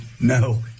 no